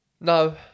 No